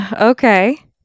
Okay